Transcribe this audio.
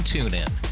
TuneIn